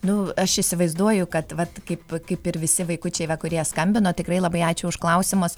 nu aš įsivaizduoju kad vat kaip kaip ir visi vaikučiai va kurie skambino tikrai labai ačiū už klausimus